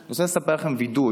אני רוצה לספר לכם וידוי